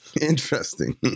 Interesting